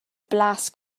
blas